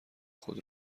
خود